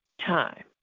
time